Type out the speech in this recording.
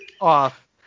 off